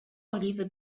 oliwy